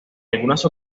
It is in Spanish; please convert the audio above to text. algunas